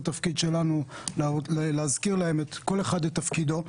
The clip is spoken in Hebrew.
התפקיד שלנו הוא להזכיר לה את תפקידו של כל אחד,